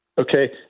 Okay